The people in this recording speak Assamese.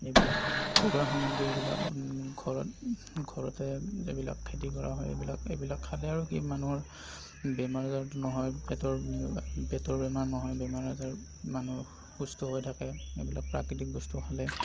এইবিলাক ঘৰুৱা সামগ্ৰী এইবিলাক ঘৰত ঘৰতে এইবিলাক খেতি কৰা হয় এইবিলাক এইবিলাক খালে আৰু কি মানুহৰ বেমাৰ আজাৰতো নহয় পেটৰ পেটৰ বেমাৰ নহয় বেমাৰ আজাৰ মানুহ সুস্থ হৈ থাকে এইবিলাক প্ৰাকৃতিক বস্তু খালে